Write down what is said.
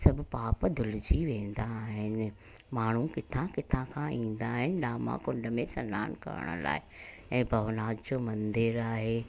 सभु पाप धुलिजी वेंदा आहिनि माण्हू किथां किथां खां ईंदा आहिनि दामाकुंड में सनान करण लाइ ऐं भवनाथ जो मंदरु आहे